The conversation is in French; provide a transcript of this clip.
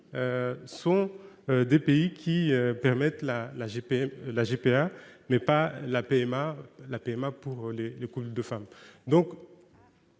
sont des pays qui autorisent la GPA, mais pas la PMA pour les couples de femmes.